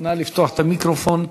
נא לפתוח את המיקרופון.